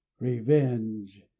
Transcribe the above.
revenge